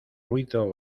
ruido